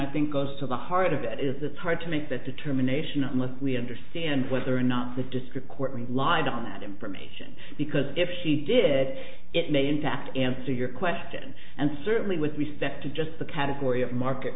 i think goes to the heart of that is it's hard to make that determination unless we understand whether or not the district court lied on that information because if she did it may in fact answer your question and certainly with respect to just the category of market